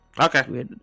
Okay